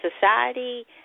society